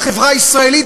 לחברה הישראלית,